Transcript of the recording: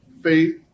faith